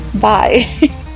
bye